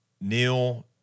Neil